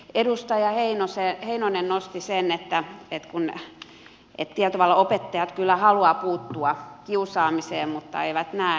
edustaja heinonen nosti sen että tietyllä tavalla opettajat kyllä haluavat puuttua kiusaamiseen mutta eivät näe